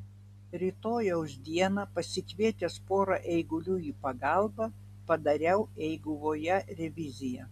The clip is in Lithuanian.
rytojaus dieną pasikvietęs pora eigulių į pagalbą padariau eiguvoje reviziją